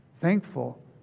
Thankful